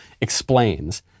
explains